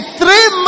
three